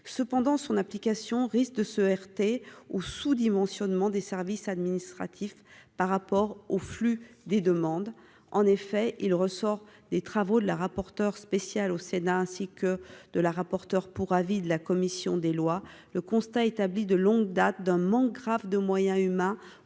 cependant son application risque de se heurter ou sous-dimensionnement des services administratifs par rapport aux flux des demandes, en effet, il ressort des travaux de la rapporteur spéciale au Sénat ainsi que de la rapporteure pour avis de la commission des lois, le constat établi de longue date d'un manque grave de moyens humains